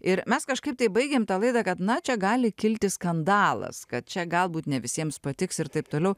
ir mes kažkaip tai baigėm tą laidą kad na čia gali kilti skandalas kad čia galbūt ne visiems patiks ir taip toliau